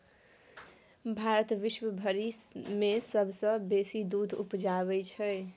भारत विश्वभरि मे सबसँ बेसी दूध उपजाबै छै